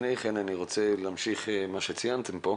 בשמחה אבל לפני כן אני רוצה להמשיך במה שציינתם כאן.